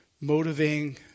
motivating